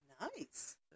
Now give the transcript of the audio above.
Nice